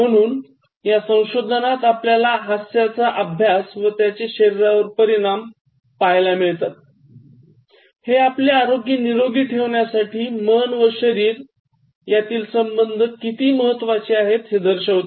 म्हणून या संशोधनात आपल्याला हास्याचा अभ्यास व त्याचे शरीरावरील परिणाम पाहायला मिळतात हे आपले आरोग्य निरोगी ठेवण्यासाठी मन व शरीर यातील संबंध किती महत्वाचे आहेत हे दर्शवते